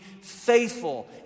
faithful